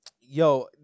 Yo